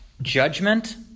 Judgment